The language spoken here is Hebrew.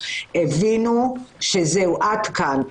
הם הבינו שזהו עד כאן,